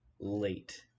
late